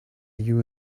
you